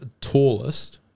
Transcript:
tallest